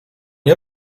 nie